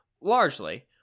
largely